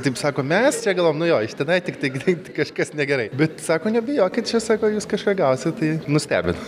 taip sako mes čia galvojom nu jo iš tenai tiktai greit kažkas negerai bet sako nebijokit čia sako jūs kažką gausit tai nustebino